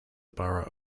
borough